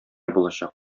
булачак